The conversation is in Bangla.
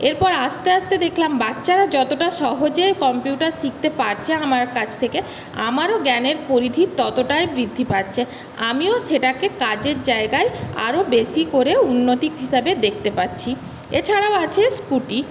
এরপর আস্তে আস্তে দেখলাম বাচ্চারা যতটা সহজে কম্পিউটার শিখতে পারছে আমার কাছ থেকে আমারও জ্ঞানের পরিধি ততটাই বৃদ্ধি পাচ্ছে আমিও সেটাকে কাজের জায়গায় আরও বেশি করে উন্নতি হিসাবে দেখতে পাচ্ছি এছাড়াও আছে স্কুটি